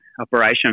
operation